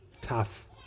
tough